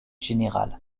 générale